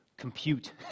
compute